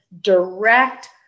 direct